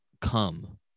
come